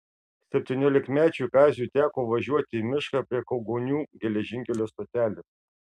septyniolikmečiui kaziui teko važiuoti į mišką prie kaugonių geležinkelio stotelės